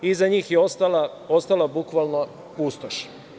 Iza njih je ostala bukvalno, pustoš.